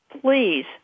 please